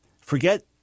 forget